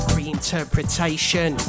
Reinterpretation